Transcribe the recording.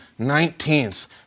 19th